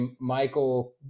michael